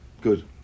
Good